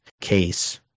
case